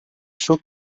çok